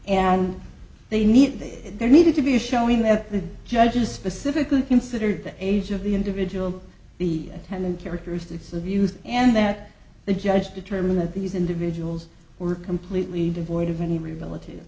and they need that there needed to be a showing that the judges specifically considered the age of the individual the ten and characteristics of used and that the judge determined that these individuals were completely devoid of any relative